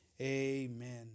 Amen